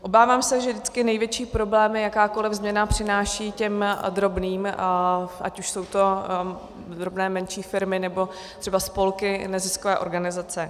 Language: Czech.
Obávám se, že vždycky největší problémy jakákoliv změna přináší těm drobným, ať už jsou to drobné, menší firmy, anebo třeba spolky, neziskové organizace.